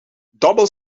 double